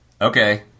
Okay